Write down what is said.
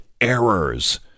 errors